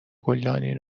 گلدانی